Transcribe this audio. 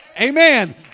Amen